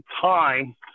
time